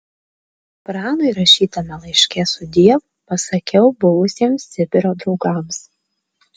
pranui rašytame laiške sudiev pasakiau buvusiems sibiro draugams